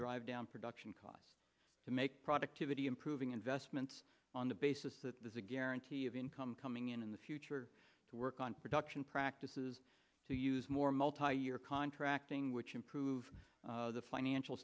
drive down production costs to make productivity improving investments on the basis that there's a guarantee of income coming in in the future to work on production practices to use more multi year contracting which improve the financial